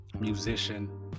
musician